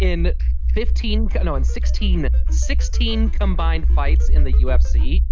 in fifteen and in sixteen sixteen combined fights in the ufc.